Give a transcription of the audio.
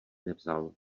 nevzal